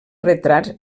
retrats